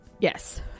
yes